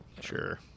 sure